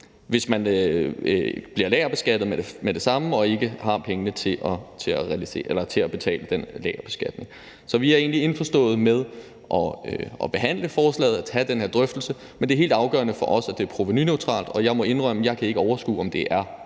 hvis man bliver beskattet med det samme og ikke har pengene til at betale den lagerbeskatning. Så vi er egentlig indforstået med at behandle forslaget og have den her drøftelse. Men det er helt afgørende for os, at det er provenuneutralt, og jeg må indrømme, at jeg ikke kan overskue, om det er